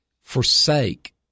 forsake